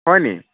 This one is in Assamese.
হয় নি